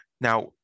Now